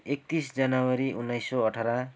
एक्तिस जनवरी उन्नाइस सौ अठार